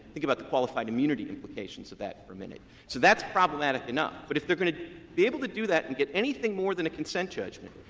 think about the qualified immunity implications of that for a minute. so that's problematic enough. but if they're going to be able to do that and get anything more than a consent judgment,